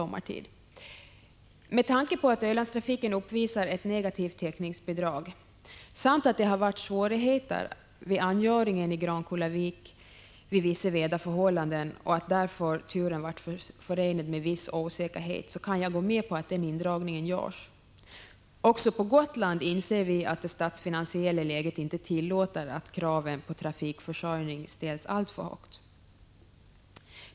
Men med tanke på att Ölandstrafiken uppvisar ett negativt täckningsbidrag samt att det varit svårigheter vid angöringen i Grankullavik vid besvärliga väderförhållanden och att trafiken därför varit förenad med viss osäkerhet kan jag gå med på att den indragningen görs. Också på Gotland inser vi att det statsfinansiella läget inte tillåter att kraven på trafikförsörjning ställs alltför högt.